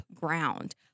ground